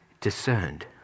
discerned